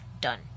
done